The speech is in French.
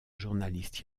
journaliste